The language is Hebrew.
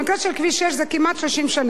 במקרה של כביש 6 זה כמעט 30 שנה,